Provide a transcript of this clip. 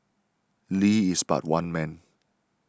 Lee is but one man